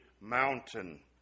mountain